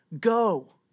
Go